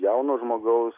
jaunos žmogaus